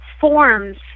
forms